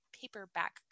paperback